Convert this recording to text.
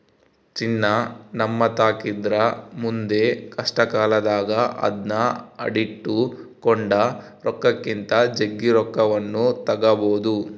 ಚಿನ್ನ ನಮ್ಮತಾಕಿದ್ರ ಮುಂದೆ ಕಷ್ಟಕಾಲದಾಗ ಅದ್ನ ಅಡಿಟ್ಟು ಕೊಂಡ ರೊಕ್ಕಕ್ಕಿಂತ ಜಗ್ಗಿ ರೊಕ್ಕವನ್ನು ತಗಬೊದು